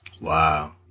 Wow